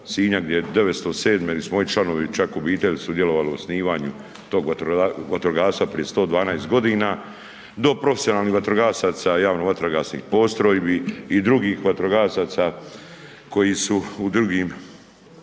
gdje su moji članovi čak obitelji sudjelovali u osnivanju tog vatrogastva prije 112 godina, do profesionalnih vatrogasaca, javno vatrogasnih postrojbi i drugih vatrogasaca koji su u drugim